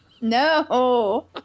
No